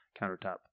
countertop